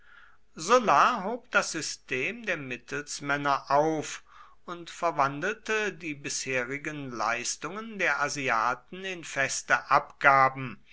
hob das system der mittelsmänner auf und verwandelte die bisherigen leistungen der asiaten in feste abgaben